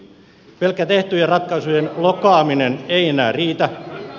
pelkkä tehtyjen ratkaisujen lokaaminen ei enää riitä